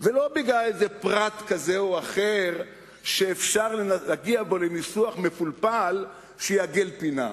לא בגלל איזה פרט כזה או אחר שאפשר להגיע בו לניסוח מפולפל שיעגל פינה,